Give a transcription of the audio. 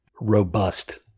robust